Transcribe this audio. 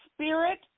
spirit